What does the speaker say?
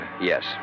Yes